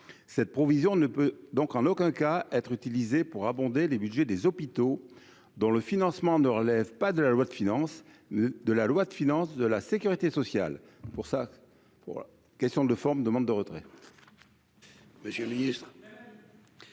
cette provision ne peut donc en aucun cas être utilisé pour abonder les Budgets des hôpitaux dont le financement ne relève pas de la loi de finances de la loi de finance de la Sécurité sociale pour ça pour question de forme : demande de retrait.